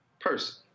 person